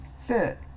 fit